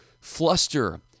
fluster